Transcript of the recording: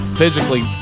physically